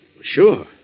Sure